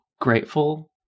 grateful